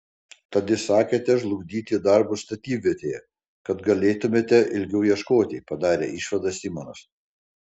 tad įsakėte žlugdyti darbus statybvietėje kad galėtumėte ilgiau ieškoti padarė išvadą simonas